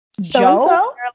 Joe